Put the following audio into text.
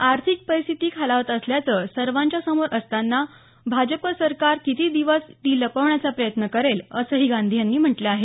आर्थिक परिस्थिती खालावत असल्याचं सर्वांच्या समोर असताना भाजप सरकार किती दिवस ती लपवण्याचा प्रयत्न करेल असंही गांधी यांनी म्हटलं आहे